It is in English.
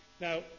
Now